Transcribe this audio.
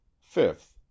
fifth